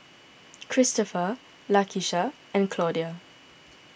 Kristoffer Lakesha and Claudia